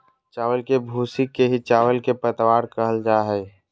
चावल के भूसी के ही चावल के पतवार कहल जा हई